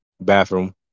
bathroom